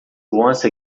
once